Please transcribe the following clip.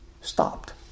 stopped